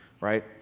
right